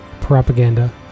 Propaganda